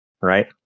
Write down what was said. right